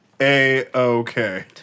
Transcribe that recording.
a-okay